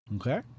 Okay